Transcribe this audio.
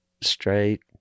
straight